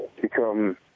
become